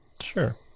Sure